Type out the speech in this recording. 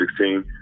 2016